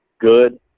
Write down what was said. good